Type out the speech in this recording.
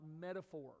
metaphor